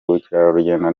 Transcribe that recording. ubukerarugendo